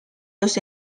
los